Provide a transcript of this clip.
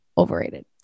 overrated